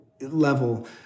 level